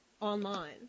online